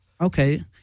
Okay